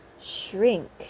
shrink